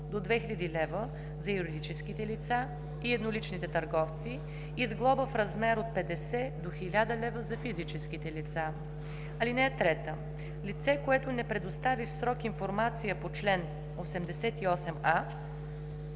лица. (3) Лице, което не предостави в срок информация по чл. 88а,